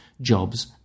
jobs